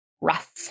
rough